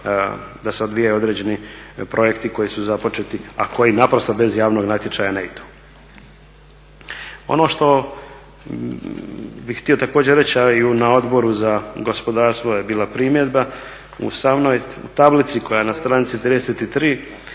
da se odvijaju određeni projekti koji su započeti, a koji naprosto bez javnog natječaja ne idu. Ono što bih htio također reći, a i na Odboru za gospodarstvo je bila primjedba u samoj tablici koja je na stranici 33,